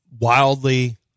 Wildly